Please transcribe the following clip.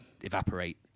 evaporate